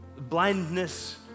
blindness